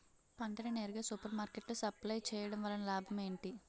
పంట ని నేరుగా సూపర్ మార్కెట్ లో సప్లై చేయటం వలన లాభం ఏంటి?